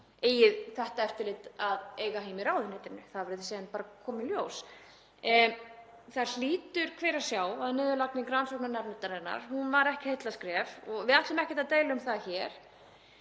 eigi þetta eftirlit að eiga heima í ráðuneytinu. Það verður bara að koma í ljós. En það hlýtur hver að sjá að niðurlagning rannsóknarnefndarinnar var ekki heillaskref og við ætlum ekkert að deila um það hér.